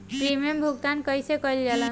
Premium भुगतान कइसे कइल जाला?